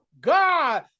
God